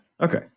Okay